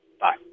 Bye